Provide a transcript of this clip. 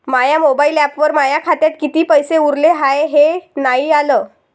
माया mobile ॲपवर माया खात्यात किती पैसे उरले हाय हे नाही आलं